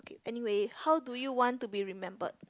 anyway how do you want to be remembered